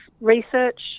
research